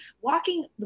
walking